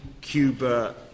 Cuba